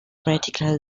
heretical